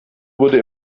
wurde